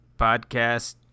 Podcast